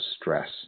stress